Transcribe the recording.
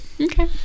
Okay